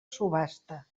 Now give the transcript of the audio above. subhasta